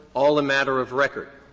all a matter of record.